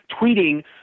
tweeting